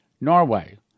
Norway